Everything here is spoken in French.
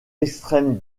extrême